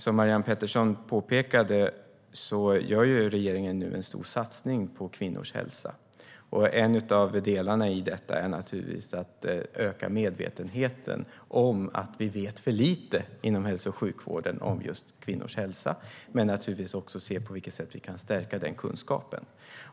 Som Marianne Pettersson påpekade gör regeringen nu en stor satsning på kvinnors hälsa. En av delarna i detta är att öka medvetenheten om att vi vet för lite inom hälso och sjukvården om just kvinnors hälsa. Vi ska också se på vilket sätt vi kan stärka den kunskapen.